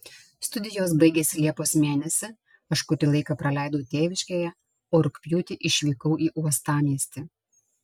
studijos baigėsi liepos mėnesį aš kurį laiką praleidau tėviškėje o rugpjūtį išvykau į uostamiestį